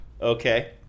Okay